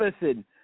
listen